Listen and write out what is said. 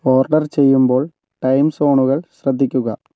order ചെയ്യുമ്പോൾ time സോണുകൾ ശ്രദ്ധിക്കുക